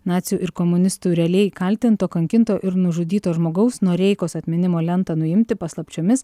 nacių ir komunistų realiai kaltinto kankinto ir nužudyto žmogaus noreikos atminimo lentą nuimti paslapčiomis